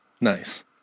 nice